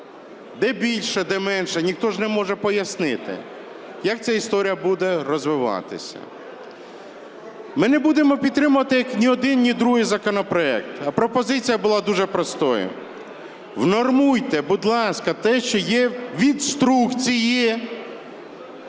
Де більше, де менше, ніхто ж не може пояснити, як ця історія буде розвиватися. Ми не будемо підтримувати ні один, ні другий законопроект. Пропозиція була дуже простою: внормуйте, будь ласка, те, що є в інструкції,